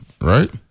right